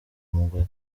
umugore